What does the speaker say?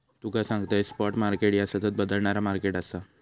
तुका सांगतंय, spot market ह्या सतत बदलणारा मार्केट आसा